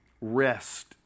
rest